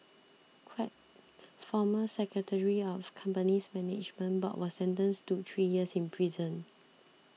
former secretary of company's management board was sentenced to three years in prison